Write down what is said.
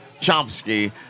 Chomsky